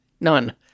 None